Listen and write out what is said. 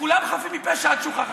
שכולם חפים מפשע עד שהוכח אחרת,